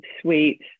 sweet